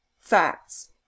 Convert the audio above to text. Facts